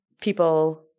people